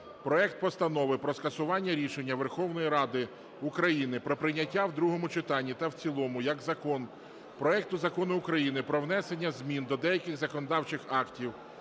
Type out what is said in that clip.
проект Постанови про скасування рішення Верховної Ради України про прийняття в другому читанні та в цілому як закон проекту Закону про внесення змін до деяких законів